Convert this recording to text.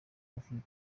yakuriye